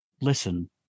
listen